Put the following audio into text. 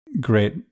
great